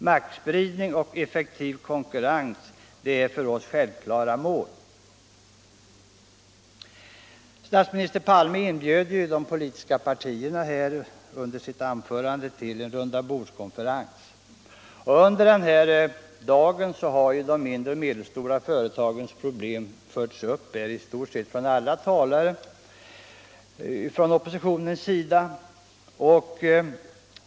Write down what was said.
Maktspridning och effektiv konkurrens är för oss självklara mål. Statsminister Palme inbjöd i sitt anförande de politiska partierna till en rundabordskonferens, och denna dag har de mindre och medelstora företagens problem tagits upp av i stort alla oppositionstalare.